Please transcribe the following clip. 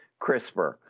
CRISPR